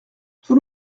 tout